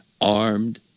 armed